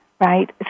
right